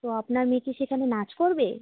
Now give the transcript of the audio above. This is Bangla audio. তো আপনার মেয়ে কি সেখানে নাচ করবে